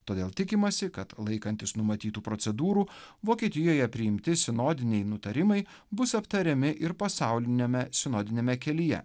todėl tikimasi kad laikantis numatytų procedūrų vokietijoje priimti sinodiniai nutarimai bus aptariami ir pasauliniame sinodiniame kelyje